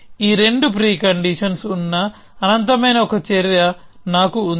ఈ రెండు preconditions ఉన్న అనంతమైన ఒక చర్య నాకు ఉంది